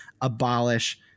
Abolish